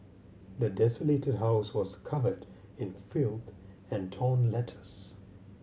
the desolated house was covered in filth and torn letters